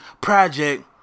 project